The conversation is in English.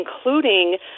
including